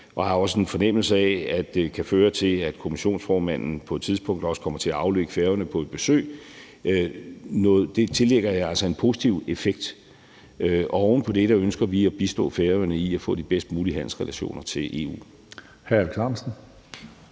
jeg har også en fornemmelse af, at det kan føre til, at kommissionsformanden på et tidspunkt også kommer til at aflægge Færøerne et besøg – en positiv effekt, og oven i det ønsker vi altså at bistå Færøerne med at få de bedst mulige handelsrelationer til EU.